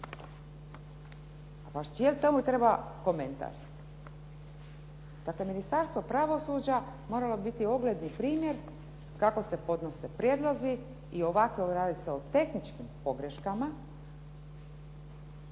ispit. Jel tomu treba komentar? Dakle, Ministarstvo pravosuđa moralo bi biti ogledni primjer kako se podnose prijedlozi i ovako … /Govornik se